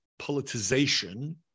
politicization